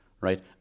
Right